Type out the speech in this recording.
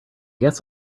guess